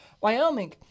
Wyoming